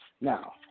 now